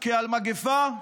כעל מגפה,